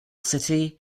city